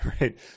Right